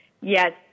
yes